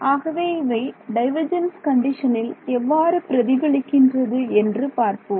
ஆகவே இவை டைவர்ஜென்ஸ் கண்டிஷனில் எவ்வாறு பிரதிபலிக்கின்றது என்று பார்ப்போம்